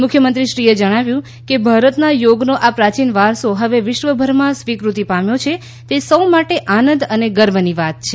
મુખ્યમંત્રી શ્રીએ જણાવ્યું કે ભારતના યોગનો આ પ્રાચીન વારસો હવે વિશ્વભરમાં સ્વીકૃતિ પામ્યો છે તે સૌ માટે આનંદ અને ગર્વની વાત છે